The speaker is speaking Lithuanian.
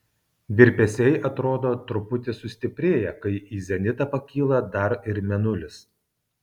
virpesiai atrodo truputį sustiprėja kai į zenitą pakyla dar ir mėnulis